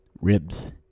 ribs